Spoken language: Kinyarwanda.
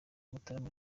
mutarama